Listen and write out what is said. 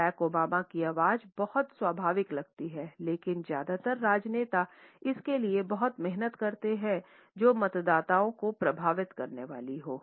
Barack Obama की आवाज़ बहुत स्वाभाविक लगती है लेकिन ज्यादातर राजनेता इसके लिए बहुत मेहनत करते हैं जो मतदाताओं को प्रभावित करने वाली हो